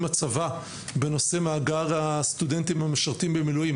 הצבא בנושא מאגר הסטודנטים המשרתים במילואים,